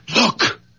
Look